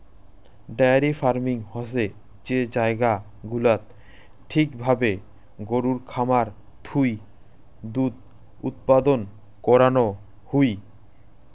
diary farming হসে যে জায়গা গুলাত ঠিক ভাবে গরুর খামার থুই দুধ উৎপাদন করানো হুই